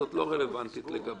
אז ההחלטה הזאת לא רלוונטית לגביי.